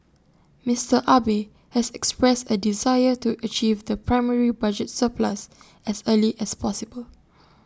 Mister Abe has expressed A desire to achieve the primary budget surplus as early as possible